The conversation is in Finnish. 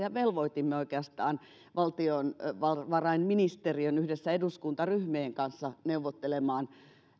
ja velvoitimme oikeastaan valtiovarainministeriön yhdessä eduskuntaryhmien kanssa neuvottelemaan